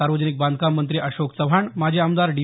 सार्वजनिक बांधकाम मंत्री अशोक चव्हाण माजी आमदार डी